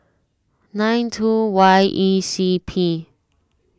nine two Y E C P